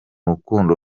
rukundo